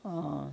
oh